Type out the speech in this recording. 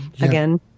again